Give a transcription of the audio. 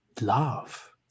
love